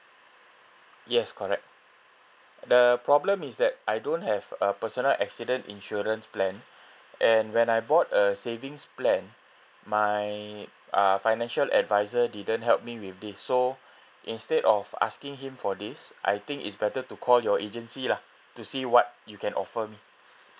yes correct the problem is that I don't have a personal accident insurance plan and when I bought a savings plan my uh financial adviser didn't help me with this so instead of asking him for this I think it's better to call your agency lah to see what you can offer me